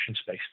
space